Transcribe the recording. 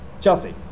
Chelsea